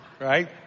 Right